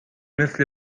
مثه